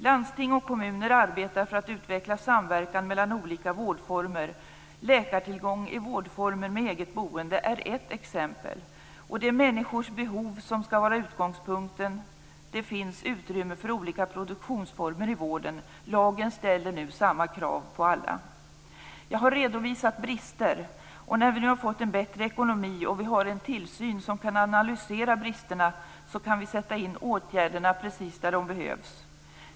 Landsting och kommuner arbetar för att utveckla samverkan mellan olika vårdformer. Läkartillgång i vårdformer med eget boende är ett exempel. Det är människors behov som skall vara utgångspunkten, och det finns utrymme för olika produktionsformer i vården. Lagen ställer nu samma krav på alla. Jag har redovisat brister. När vi nu fått en bättre ekonomi, och vi har en tillsyn som kan analysera bristerna, kan vi sätta in åtgärderna precis där de behövs.